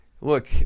look